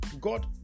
God